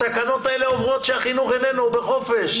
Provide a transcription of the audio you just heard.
התקנות אומרות שהחינוך איננו, הוא בחופש.